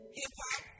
hip-hop